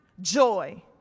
joy